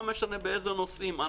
לא משנה באיזה נושאים.